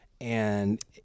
And-